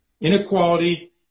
inequality